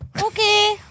Okay